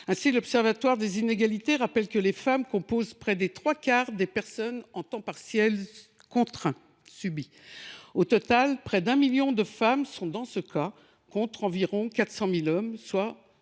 aidantes. L’Observatoire des inégalités rappelle en effet que les femmes composent près de trois quarts des personnes en temps partiel contraint. Au total, près de 1 million de femmes sont dans ce cas, contre environ 400 000 hommes, soit